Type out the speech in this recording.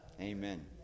Amen